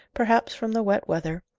perhaps from the wet weather,